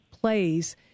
plays